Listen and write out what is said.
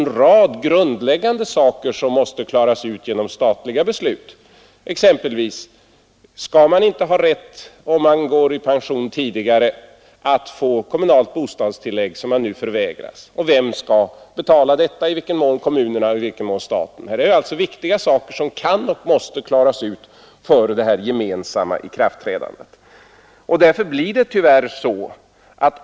En rad grundläggande saker måste dock klaras ut genom statliga beslut, exempelvis frågan huruvida man, om man går i pension tidigare, har rätt att få kommunalt bostadstillägg, vilket nu förvägras. Vem skall betala detta? Kommunerna eller staten? Dessa viktiga saker kan och måste klaras ut före det gemensamma ikraftträdandet.